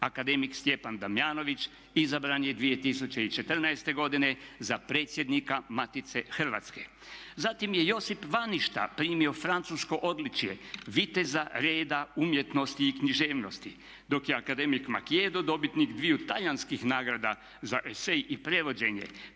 Akademik Stjepan Damjanović izabran je 2014. godine za predsjednika Matice Hrvatske. Zatim Josip Vaništa primio francusko odličje Viteza reda umjetnosti i književnosti dok je akademik Machiedo dobitnik dviju talijanskih nagrada za esej i prevođenje